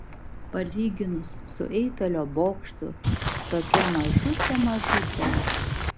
palyginus su eifelio bokštu tokia mažutė mažutė